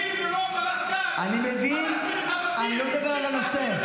כי אני דיברתי איתך ונתתי לך דקה יותר.